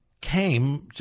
came